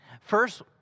First